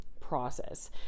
process